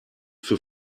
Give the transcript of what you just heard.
für